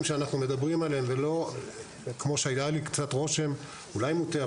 שאנחנו מדברים עליהם ולא כמו שהיה לי הרושם שהוא אולי מוטעה,